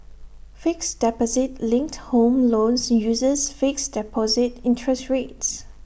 fixed deposit linked home loans uses fixed deposit interest rates